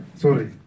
sorry